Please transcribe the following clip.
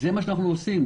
זה מה שאנחנו עושים,